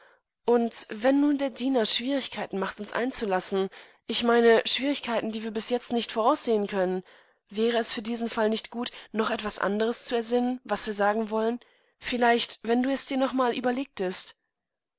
und wenn nun der diener schwierigkeiten macht uns einzulassen ich meine schwierigkeiten die wir bis jetzt nicht voraussehen können wäre es für diesen fall nichtgut nochetwasandereszuersinnen waswirsagenwollen vielleichtwenndudir esnocheinmalüberlegtest das ist